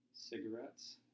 Cigarettes